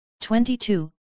Twenty-two